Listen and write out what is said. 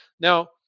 Now